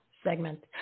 segment